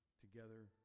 together